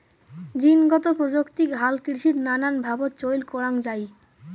জীনগত প্রযুক্তিক হালকৃষিত নানান ভাবত চইল করাঙ যাই